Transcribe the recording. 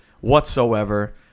whatsoever